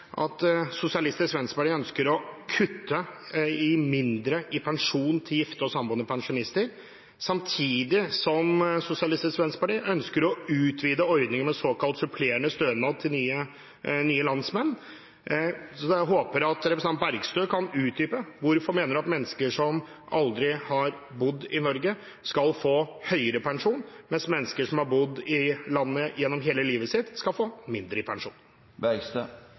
at Sosialistisk Venstreparti ønsker å kutte i pensjonen til gifte og samboende pensjonister, samtidig som Sosialistisk Venstreparti ønsker å utvide ordningen med såkalt supplerende stønad til nye landsmenn. Jeg håper at representanten Bergstø kan utdype hvorfor hun mener at mennesker som aldri har bodd i Norge, skal få høyere pensjon, mens mennesker som har bodd i landet i hele sitt liv, skal få mindre